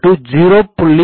a0